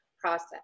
process